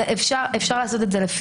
אפשר לעשות את זה.